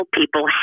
people